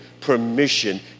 permission